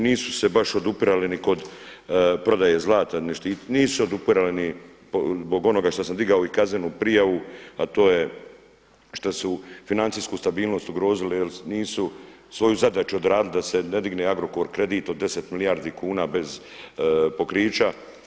Nisu se baš odupirali ni kod prodaje zlata, nisu se odupirali ni zbog onoga za što sam digao i kaznenu prijavu a to je što su financijsku stabilnost ugrozili jer nisu svoju zadaću odradili da ne digne Agrokor kredit od 10 milijardi kuna bez pokrića.